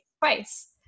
twice